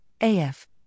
AF